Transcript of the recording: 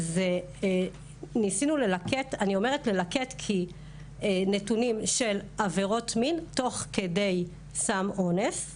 ניסינו ללקט נתונים של עבירות מין תוך כדי סם אונס.